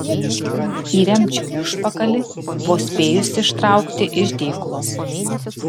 įremčiau į užpakalį vos spėjusi ištraukti iš dėklo